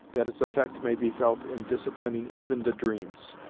that its effect may be felt in disciplining even the dreams.